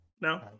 no